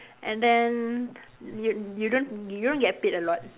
and then you you don't you don't get paid a lot